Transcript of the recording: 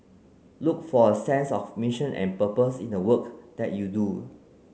look for a sense of mission and purpose in the work that you do